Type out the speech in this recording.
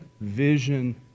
vision